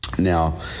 Now